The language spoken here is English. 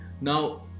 Now